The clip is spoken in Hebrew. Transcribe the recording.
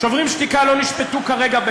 "שוברים שתיקה" לא נשפטו כרגע,